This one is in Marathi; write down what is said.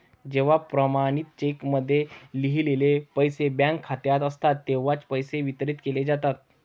जेव्हा प्रमाणित चेकमध्ये लिहिलेले पैसे बँक खात्यात असतात तेव्हाच पैसे वितरित केले जातात